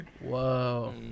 Whoa